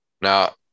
Now